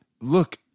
look